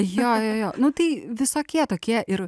jo jo jo nu tai visokie tokie ir